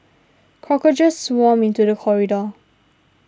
cockroaches swarmed into the corridor